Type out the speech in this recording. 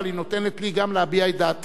אבל היא נותנת גם לי להביע את דעתי,